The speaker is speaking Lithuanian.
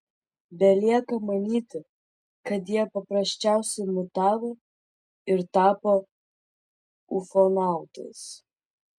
belieka manyti kad jie paprasčiausiai mutavo ir tapo ufonautais